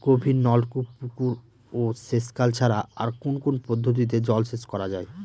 গভীরনলকূপ পুকুর ও সেচখাল ছাড়া আর কোন কোন পদ্ধতিতে জলসেচ করা যায়?